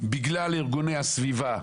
בגלל ארגוני הסביבה,